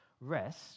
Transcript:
rest